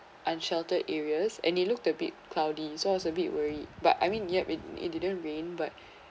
unsheltered areas and it looked a bit cloudy so I was a bit worried but I mean yup it it didn't rain but